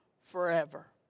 forever